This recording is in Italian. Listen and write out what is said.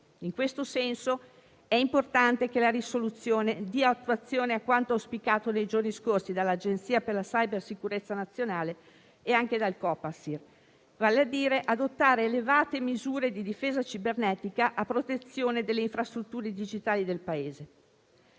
In questo senso è importante che la risoluzione dia attuazione a quanto auspicato nei giorni scorsi dall'Agenzia per la cybersicurezza nazionale e anche dal Copasir, vale a dire adottare elevate misure di difesa cibernetica a protezione delle infrastrutture digitali del Paese.